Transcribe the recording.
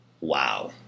Wow